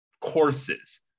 courses